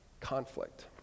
Conflict